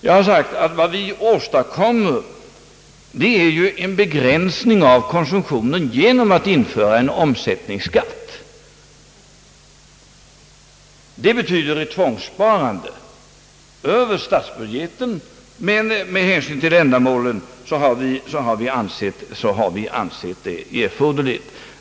Jag har sagt att vad vi åstadkommer är en begränsning av konsumtionen genom att vi inför en omsättningsskatt. Den innebär ett tvångssparande över statsbudgeten, men vi har med hänsyn till ändamålen ansett detta erforderligt.